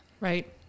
Right